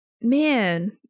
man